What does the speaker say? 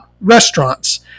restaurants